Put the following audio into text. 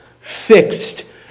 fixed